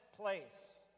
place